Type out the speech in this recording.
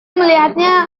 melihatnya